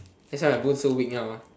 that's why my bones so weak now